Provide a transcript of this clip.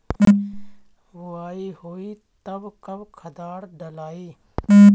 बोआई होई तब कब खादार डालाई?